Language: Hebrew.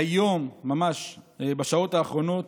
היום, ממש בשעות האחרונות,